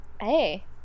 Hey